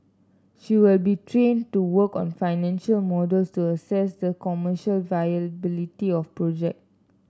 she will be trained to work on financial models to assess the commercial viability of project